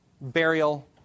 burial